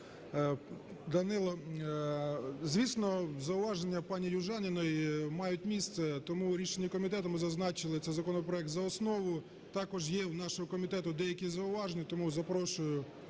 Данило. Звісно, зауваження пані Южаніної мають місце, тому в рішенні комітету ми зазначили це: законопроект за основу. Також є в нашого комітету деякі зауваження, тому запрошую